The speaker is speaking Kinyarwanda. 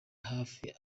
hafi